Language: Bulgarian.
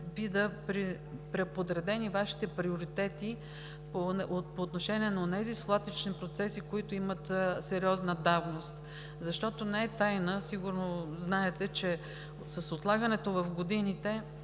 видя преподредени Вашите приоритети по отношение на онези свлачищни процеси, които имат сериозна давност, защото не е тайна, сигурно знаете, че с отлагането в годините